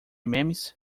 memes